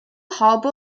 harbor